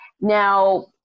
Now